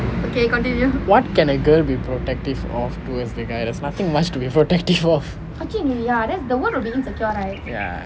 what can a girl be protective of towards a guy there's nothing much to be protective of ya